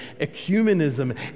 ecumenism